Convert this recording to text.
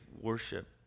worship